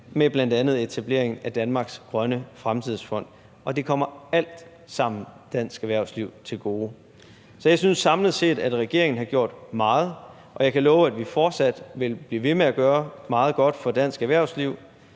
med bl.a. etableringen af Danmarks Grønne Fremtidsfond, og det kommer alt sammen dansk erhvervsliv til gode. Så jeg synes samlet set, at regeringen har gjort meget, og jeg kan love, at vi fortsat vil blive ved med at gøre meget godt for dansk erhvervsliv.